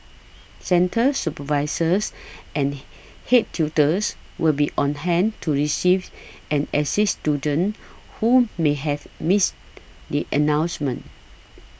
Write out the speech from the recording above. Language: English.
centre supervisors and head tutors will be on hand to receive and assist students who may have missed the announcement